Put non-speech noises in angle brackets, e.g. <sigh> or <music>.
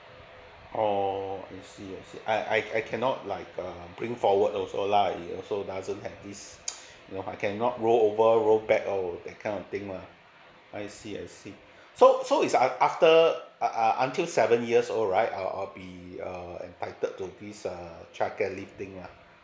oh I see I see I I I cannot like uh bring forward also lah it also doesn't have this <noise> you know I cannot go rollover roll back or that kind of thing lah I see I see <breath> so so is like after uh until seven years old right I'll I'll be uh entitled to this uh childcare leave thing ah